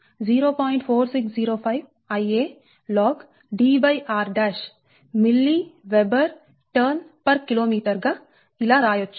4605 Ialog Dr mWb Turnkm ఇలా రాయచ్చు